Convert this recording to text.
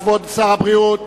כבוד שר הבריאות